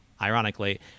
Ironically